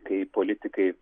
kai politikai